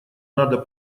надо